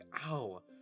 ow